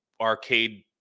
arcade